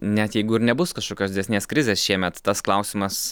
net jeigu ir nebus kažkokios didesnės krizės šiemet tas klausimas